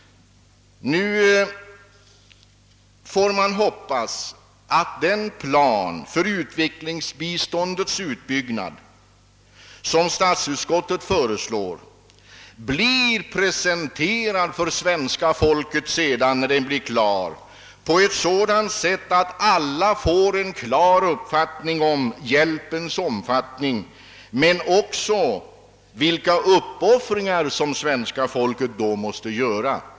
Nu får vi hoppas att den plan för utvecklingsbiståndets utbyggnad som statsutskottet föreslår kommer att presenteras för svenska folket, när den blir färdig, på ett sådant sätt att alla får en klar uppfattning om hjälpens omfattning men också om de uppoffringar som svenska folket måste göra.